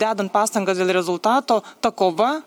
dedant pastangas dėl rezultato ta kova